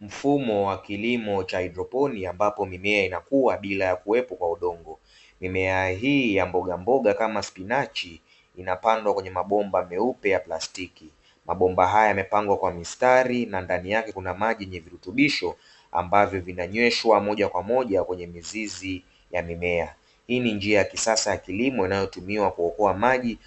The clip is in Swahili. Mfumo wakilimo cha haidroponi ambapo mimea inakua kwenye mabomba bila kuwepo kwa udongo, mimea hii ya mboga mboga kama spinachi inapandwa kwenye mabomba meupe ya plastiki, mabomba haya yamepangwa kwa msitari na ndani yake kuna maji yenye virutubisho ambavyo vinanyweshwa moja kwa moja kwenye mizizi ya mimea, hii ni njia ya kisasa inayosaidia kuokoa maji